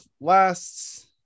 last